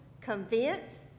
convince